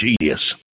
genius